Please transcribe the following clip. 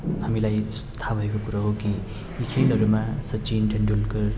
हामीलाई थाहा भएको कुरो हो कि यी खेलहरूमा सचिन तेन्दुलकर